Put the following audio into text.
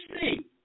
see